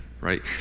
right